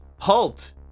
halt